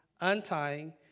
untying